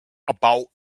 about